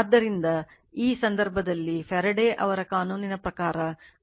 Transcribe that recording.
ಆದ್ದರಿಂದ ಆ ಸಂದರ್ಭದಲ್ಲಿ ಫ್ಯಾರಡೆ ಅವರ ಕಾನೂನಿನ ಪ್ರಕಾರ